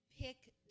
pick